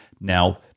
Now